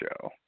show